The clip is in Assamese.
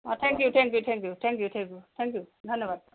অঁ thank you thank you thank you thank you thank you ধন্যবাদ